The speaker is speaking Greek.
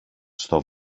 στο